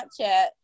Snapchat